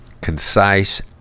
Concise